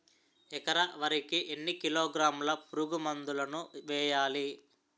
ఎకర వరి కి ఎన్ని కిలోగ్రాముల పురుగు మందులను వేయాలి?